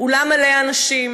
אולם מלא אנשים.